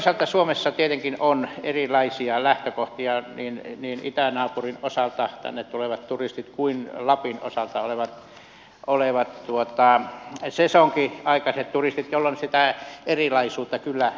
no toisaalta suomessa tietenkin on erilaisia lähtökohtia niin itänaapurin osalta tänne tulevat turistit kuin lapin osalta olevat sesonkiaikaiset turistit jolloin sitä erilaisuutta kyllä myös tarvitaan